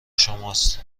شماست